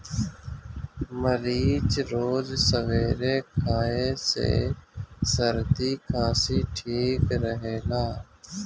मरीच रोज सबेरे खाए से सरदी खासी ठीक रहेला